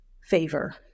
favor